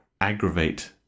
aggravate